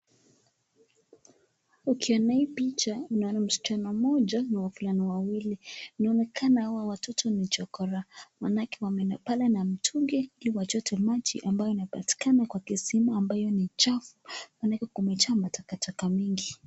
Ukiona hii picha, unaona msichana mmoja na wavulana wawili. Inaonekana hawa watoto ni chokoraa, maanake wameenda pale na mtungi ili wachote maji ambayo inapatikana kwa kisima ambayo ni chafu maanake kumejaa matakataka mingi.